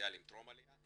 פוטנציאלים טרום עליה,